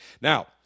Now